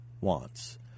wants